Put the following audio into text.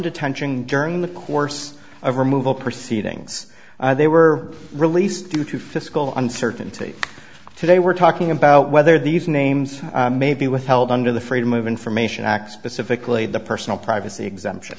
detention during the course of removal proceedings they were released due to fiscal uncertainty today we're talking about whether these names may be withheld under the freedom of information act specifically the personal privacy exemption